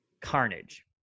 Carnage